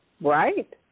Right